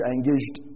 engaged